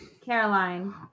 Caroline